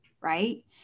Right